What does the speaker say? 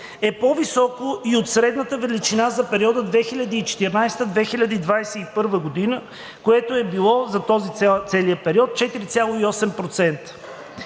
е по-високо и от средната величина за периода 2014 – 2021 г., което е било за целия този период 4,8%.